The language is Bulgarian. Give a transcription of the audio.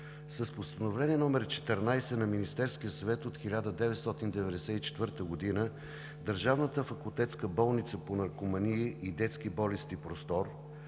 С Постановление № 14 на Министерския съвет от 1994 г. Държавната факултетска болница по наркомании и детски болести „Простор“